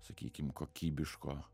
sakykim kokybiško